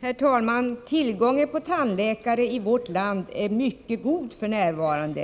Herr talman! Tillgången på tandläkare är god i hela vårt land.